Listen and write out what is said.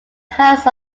host